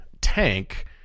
tank